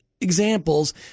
examples